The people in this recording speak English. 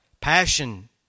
passion